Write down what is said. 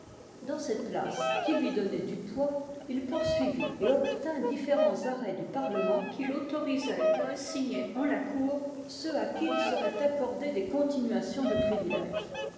dans cette place qui lui donnait du poids il poursuivit et obtint différents arrêts du parlement qui l'autorisaient à assigner en la cour ceux à qui il serait accordé des continuations de privilèges